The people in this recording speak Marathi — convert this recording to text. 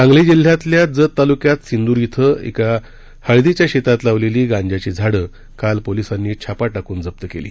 सांगली जिल्ह्यातल्या जत तालुक्यात सिंदूर श्व एका हळदीच्या शेतात लावलेली गांजाची झाडं काल पोलिसांनी छापा टाकून जप्त केली